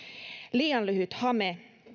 liian lyhyt hame